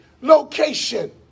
location